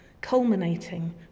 culminating